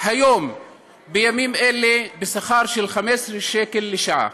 היום בימים אלה בשכר של 15 שקל לשעה,